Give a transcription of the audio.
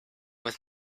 with